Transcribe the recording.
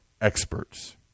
experts